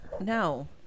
No